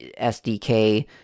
SDK